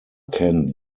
can